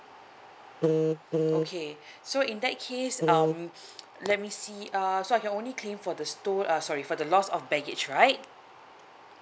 okay so in that case um let me see uh so I can only claim for the sto~ uh sorry for the loss of baggage right